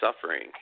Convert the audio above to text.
suffering